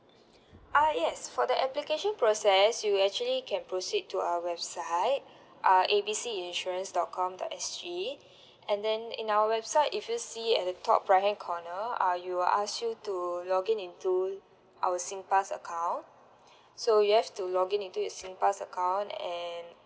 uh yes for the application process you actually can proceed to our website uh A B C insurance dot com dot S_G and then in our website if you see at the top right hand corner uh you will ask you to log in into our Singpass account so you have to log in into your Singpass account and